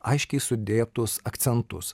aiškiai sudėtus akcentus